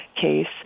case